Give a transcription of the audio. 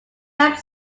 helped